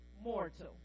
mortal